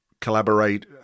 collaborate